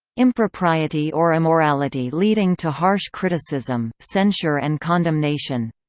impropriety or immorality leading to harsh criticism, censure and condemnation